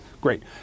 Great